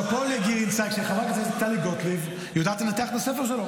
שאפו לגרינצייג שחברת הכנסת טלי גוטליב יודעת לנתח את הספר שלו.